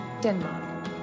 Denmark